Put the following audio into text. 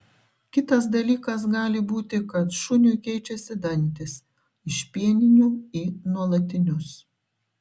kitas dalykas gali būti kad šuniui keičiasi dantys iš pieninių į nuolatinius